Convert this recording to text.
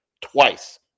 twice